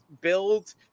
build